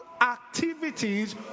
activities